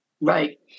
right